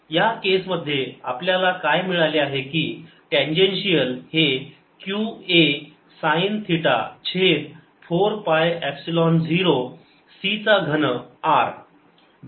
EtErvtsin cτEratsin c Er×42r2c2t2q0 Erq420c2t2 Etqa sin θ420c2r या केसमध्ये आपल्याला काय मिळाले आहे की टँजेन्शिअल हे q a साईन थिटा छेद 4 पाय एप्सिलॉन 0 c चा घन r